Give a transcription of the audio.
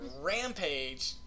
rampage